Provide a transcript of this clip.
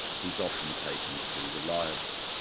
he's often taken to be reliable.